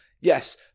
Yes